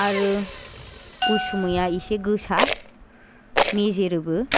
आरो उसुमैया एसे गोसा मेजेरोबो